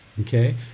Okay